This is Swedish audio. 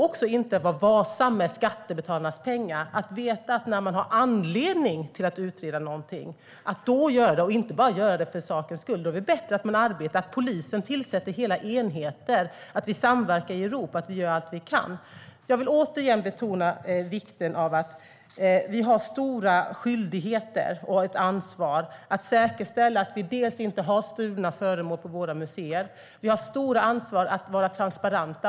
När man har anledning att utreda någonting ska man göra det. Man ska inte göra det bara för sakens skull och vara ovarsam med skattebetalarnas pengar. Då är det bättre att polisen tillsätter hela enheter, att vi samverkar i Europa och att vi gör allt vi kan. Jag vill återigen betona vikten av att vi har stora skyldigheter och ett ansvar att säkerställa att vi inte har stulna föremål på våra museer. Vi har ett stort ansvar att vara transparenta.